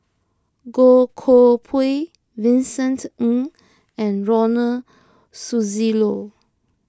Goh Koh Pui Vincent Ng and Ronald Susilo